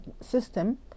system